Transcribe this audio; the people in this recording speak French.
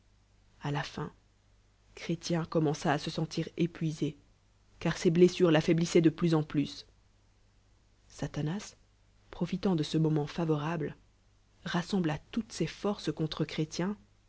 a la fin chrél il couunenca se sentir épui é car ses blessures l'affaiblissaient de plus en plus satanas profilanl de ce moment favorable rassembla toutes ses forces contre